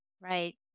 Right